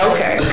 Okay